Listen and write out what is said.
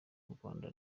rwanda